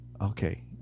okay